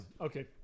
Okay